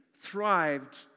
thrived